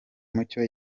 mucyo